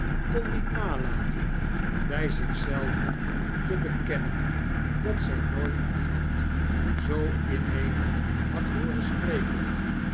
kon niet nalaten bij zich zelve te bekennen dat zij nooit iemand zoo innemend had hooren spreken